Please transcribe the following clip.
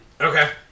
Okay